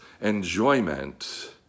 enjoyment